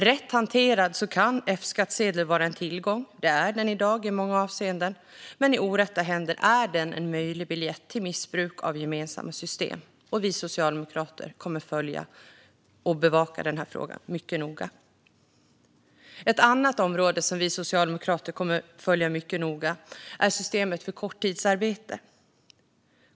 Rätt hanterad kan F-skattsedeln vara en tillgång. Det är den i dag i många avseenden. Men i orätta händer är den en möjlig biljett till missbruk av gemensamma system. Vi socialdemokrater kommer att följa och bevaka denna fråga mycket noga. Ett annat område som vi socialdemokrater kommer att följa mycket noga är systemet för korttidsarbete.